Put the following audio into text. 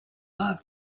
love